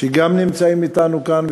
שגם נמצאים אתנו כאן,